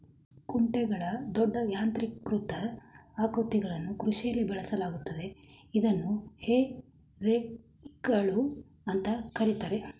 ಕುಂಟೆಗಳ ದೊಡ್ಡ ಯಾಂತ್ರೀಕೃತ ಆವೃತ್ತಿಗಳನ್ನು ಕೃಷಿಯಲ್ಲಿ ಬಳಸಲಾಗ್ತದೆ ಇದನ್ನು ಹೇ ರೇಕ್ಗಳು ಅಂತ ಕರೀತಾರೆ